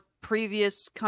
previous